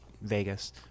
Vegas